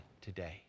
today